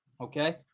Okay